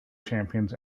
champions